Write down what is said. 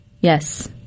Yes